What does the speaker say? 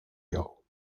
hill